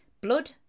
Blood